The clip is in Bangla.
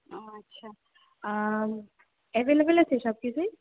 ও আচ্ছা অ্যাভেলেবেল আছে সব কিছুই